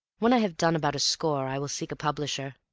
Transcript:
when i have done about a score i will seek a publisher.